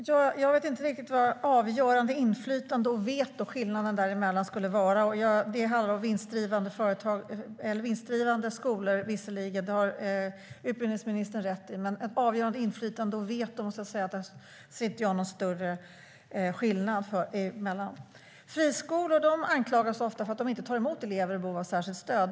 Herr talman! Jag vet inte riktigt vad skillnaden mellan avgörande inflytande och veto skulle vara. Det handlar visserligen om vinstdrivande skolor - det har utbildningsministern rätt i. Men jag måste säga att jag inte ser någon större skillnad mellan avgörande inflytande och veto. Friskolor anklagas ofta för att de inte tar emot elever i behov av särskilt stöd.